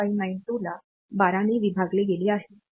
0592 ला 12 ने विभागले गेले आहे जे 921